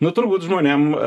nu turbūt žmonėm